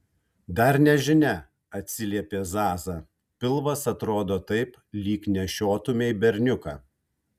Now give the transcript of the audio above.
dar nežinia atsiliepė zaza pilvas atrodo taip lyg nešiotumei berniuką